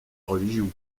religion